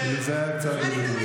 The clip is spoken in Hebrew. אתם מגנים.